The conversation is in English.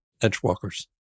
Edgewalkers